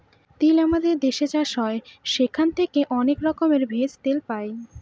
তিল আমাদের দেশে চাষ হয় সেখান থেকে অনেক রকমের ভেষজ, তেল পাই